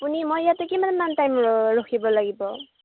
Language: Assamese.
আপুনি মই ইয়াতে কিমানমান টাইম ৰ ৰখিব লাগিব